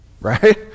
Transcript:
right